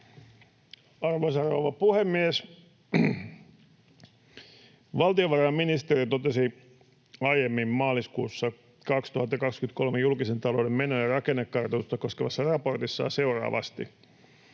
Arvoisa rouva puhemies! Valtiovarainministeriö totesi aiemmin, maaliskuussa 2023 julkisen talouden menojen rakennekartoitusta koskevassa raportissaan seuraavasti: